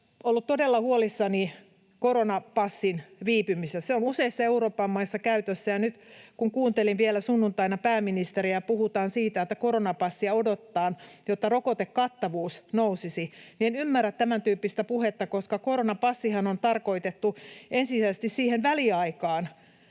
ollut todella huolissani koronapassin viipymisestä. Se on useissa Euroopan maissa käytössä, ja nyt, kun kuuntelin vielä sunnuntaina pääministeriä ja puhutaan siitä, että koronapassia odotetaan, jotta rokotekattavuus nousisi, niin en ymmärrä tämäntyyppistä puhetta, koska koronapassihan on tarkoitettu ensisijaisesti siihen väliaikaan,